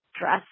dress